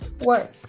work